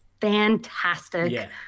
fantastic